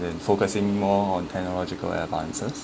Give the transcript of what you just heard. in focusing more on technological advances